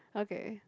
okay